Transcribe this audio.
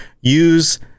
use